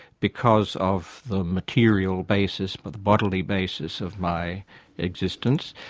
because of the material basis, but the bodily basis, of my existence,